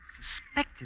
suspected